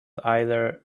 either